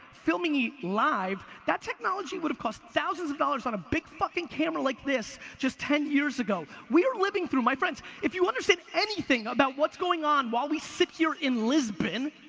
filming me live, that technology would've cost thousands of dollars on a big fucking camera like this, just ten years ago. we're living through, my friends, if you understand anything about what's going on while we sit here in lisbon,